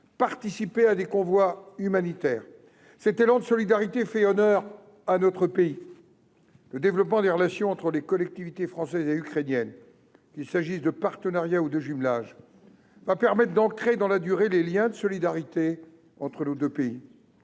participé à des convois humanitaires. Cet élan de solidarité fait honneur à notre pays. Le développement des relations entre les collectivités françaises et ukrainiennes, qu'il s'agisse de partenariats ou de jumelages, permettra d'ancrer dans la durée les liens de solidarité entre nos deux pays,